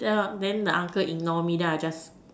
then then the uncle ignore me then I just